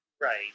Right